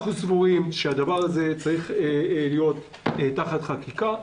אנחנו סבורים שהדבר הזה צריך להיות תחת חקיקה,